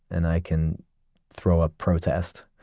and i can throw a protest,